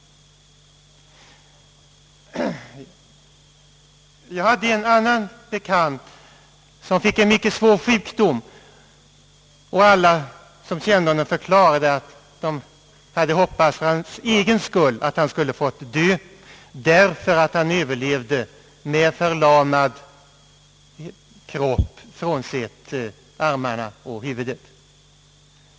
Jag hade en annan bekant 'som fick en mycket svår sjukdom. Alla som kände honom förklarade att de hade hoppats för hans egen skull att han skulle få dö, därför att han överlevde med förlamad kropp frånsett armarna och huvudet.